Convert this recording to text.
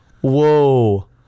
Whoa